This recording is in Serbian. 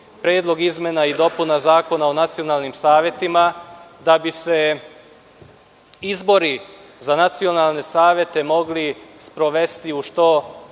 Predlog izmena i dopuna Zakona o nacionalnim savetima, da bi se izbori za nacionalne savete mogli sprovesti u što